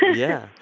yeah.